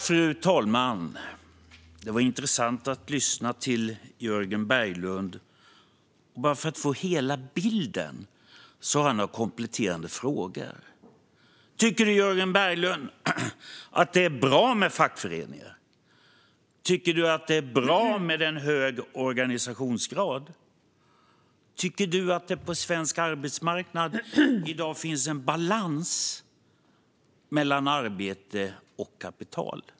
Fru talman! Det var intressant att lyssna till Jörgen Berglund. För att få hela bilden har jag några kompletterande frågor. Tycker Jörgen Berglund att det är bra med fackföreningar? Tycker du att det är bra med en hög organisationsgrad? Tycker du att det på svensk arbetsmarknad i dag finns en balans mellan arbete och kapital?